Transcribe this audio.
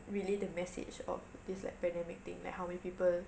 relay the message of this like pandemic thing like how many people